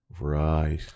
right